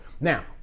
Now